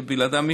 שבלעדיהם,